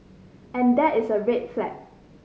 and that is a red flag